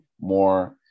more